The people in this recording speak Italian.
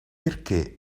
perché